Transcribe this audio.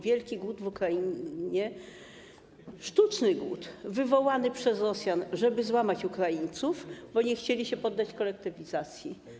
Wielki głód na Ukrainie, sztuczny głód, wywołany przez Rosjan, żeby złamać Ukraińców, bo nie chcieli się poddać kolektywizacji.